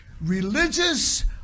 Religious